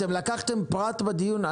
אתם לקחתם פרט בדיון.